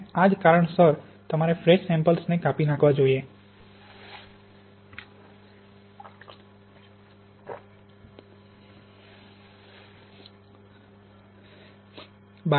અને આજ કારણોસર તમારે ફ્રેશ સેમ્પ્લ્સ કાપી નાંખવા જોઈએ છે